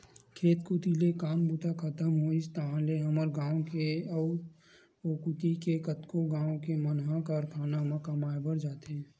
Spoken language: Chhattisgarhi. खेत कोती ले काम बूता खतम होइस ताहले हमर गाँव के अउ ओ कोती के कतको गाँव के मन ह कारखाना म कमाए बर जाथे